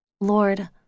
Lord